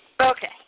Okay